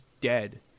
dead